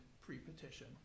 pre-petition